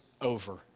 over